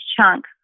chunk